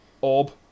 orb